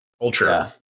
culture